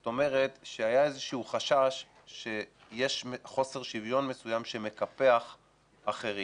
זאת אומרת שהיה איזה שהוא חשש שיש חוסר שוויון מסוים שמקפח אחרים.